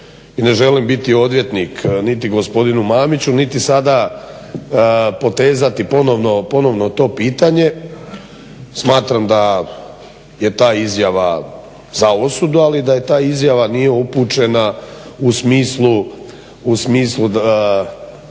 ne želim biti odvjetnik niti gospodinu Mamiću niti sada potezati ponovno to pitanje, smatram da je ta izjava … /Govornik se ne razumije./… ali da ta izjava nije upućena u smislu